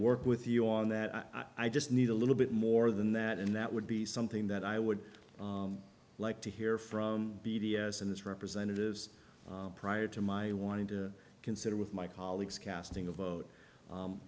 work with you on that i just need a little bit more than that and that would be something that i would like to hear from b d s and its representatives prior to my wanting to consider with my colleagues casting a vote